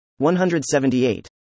178